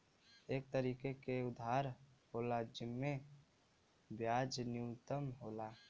एक तरीके के उधार होला जिम्मे ब्याज न्यूनतम होला